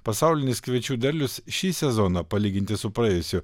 pasaulinis kviečių derlius šį sezoną palyginti su praėjusiu